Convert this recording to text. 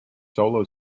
solo